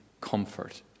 comfort